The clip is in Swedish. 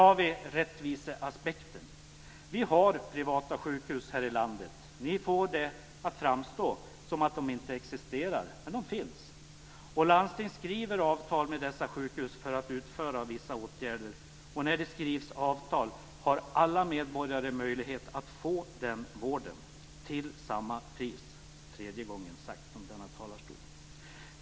Jag övergår till rättviseaspekten. Vi har privata sjukhus här i landet. Ni får det att framstå som att de inte existerar - men de finns. Landsting skriver avtal med dessa sjukhus för att utföra vissa åtgärder. När det skrivs avtal har alla medborgare möjlighet att få den vården till samma pris. Det är tredje gången som det sägs från denna talarstol.